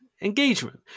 engagement